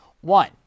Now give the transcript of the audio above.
One